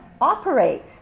operate